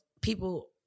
people